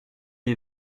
est